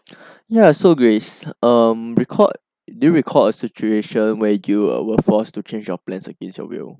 yeah so grace um record do you recall a situation where you uh were forced to change your plans against your will